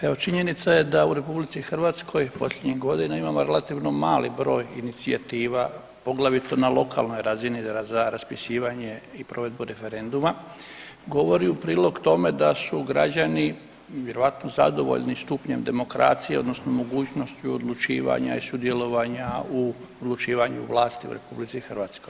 Evo činjenica je da u RH posljednjih godina imamo relativno mali broj inicijativa, poglavito na lokalnoj razini za raspisivanje i provedbu referenduma govori u prilog tome da su građani vjerojatno zadovoljni stupnjem demokracije odnosno mogućnošću odlučivanja i sudjelovanja u odlučivanju vlasti u RH.